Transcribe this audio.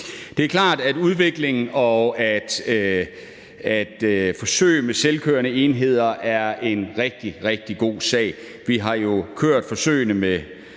Det er klart, at udviklingen af og forsøgene med selvkørende enheder er en rigtig, rigtig god sag. Vi har jo kørt forsøgene med